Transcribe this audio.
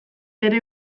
ere